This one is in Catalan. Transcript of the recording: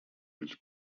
els